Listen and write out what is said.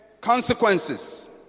consequences